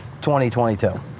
2022